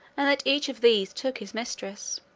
and that each of these took his mistress.